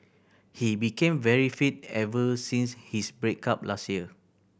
he became very fit ever since his break up last year